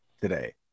today